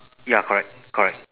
ya correct correct